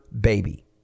baby